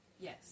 yes